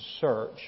search